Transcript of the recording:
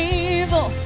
evil